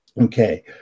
Okay